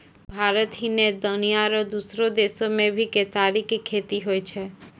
भारत ही नै, दुनिया रो दोसरो देसो मॅ भी केतारी के खेती होय छै